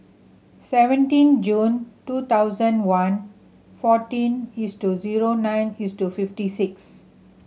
seventeen June two thousand one fourteen east to zero nine east to fifty six